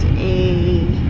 a.